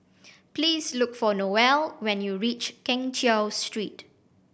please look for Noel when you reach Keng Cheow Street